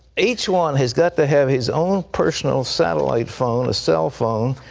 each one has got to have his own personal satellite phone, a cell phone,